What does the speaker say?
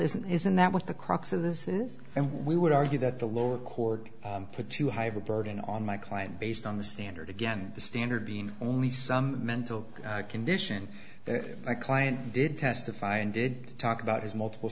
isn't isn't that what the crux of this is and we would argue that the lower court for too high of a burden on my client based on the standard again the standard being only some mental condition that my client did testify and did talk about his multiple